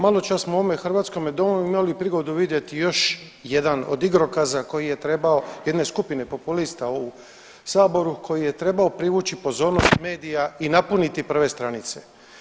Malo čas u ovom hrvatskome domu smo imali prigodu vidjeti još jedan od igrokaza koji je trebao jedne skupine populista u Saboru koji je trebao privući pozornost medija i napuniti prve stranice.